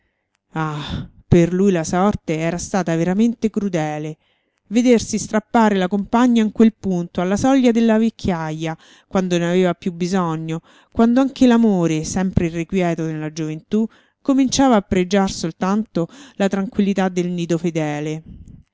ah per lui la sorte era stata veramente crudele vedersi strappare la compagna in quel punto alla soglia della vecchiaja quando ne aveva più bisogno quando anche l'amore sempre irrequieto nella gioventù cominciava a pregiar soltanto la tranquillità del nido fedele